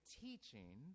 teaching